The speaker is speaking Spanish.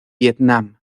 vietnam